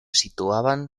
situaban